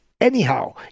anyhow